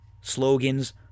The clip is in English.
Slogans